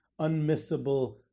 unmissable